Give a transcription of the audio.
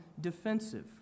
defensive